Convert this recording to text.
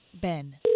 Ben